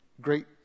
great